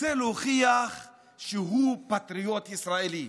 רוצה להוכיח שהוא פטריוט ישראלי.